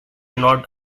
not